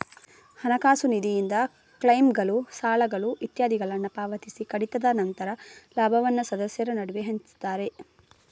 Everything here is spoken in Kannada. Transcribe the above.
ಹಣಕಾಸು ನಿಧಿಯಿಂದ ಕ್ಲೈಮ್ಗಳು, ಸಾಲಗಳು ಇತ್ಯಾದಿಗಳನ್ನ ಪಾವತಿಸಿ ಕಡಿತದ ನಂತರ ಲಾಭವನ್ನ ಸದಸ್ಯರ ನಡುವೆ ಹಂಚ್ತಾರೆ